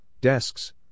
desks